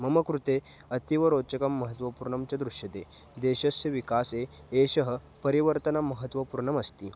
मम कृते अतीवरोचकं महत्त्वपूर्णं च दृश्यते देशस्य विकासे एषः परिवर्तनं महत्त्वपूर्णमस्ति